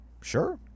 Sure